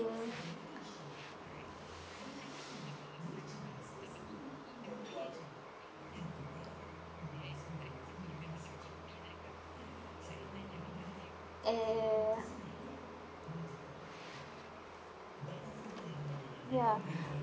ya ya ya ya ya ya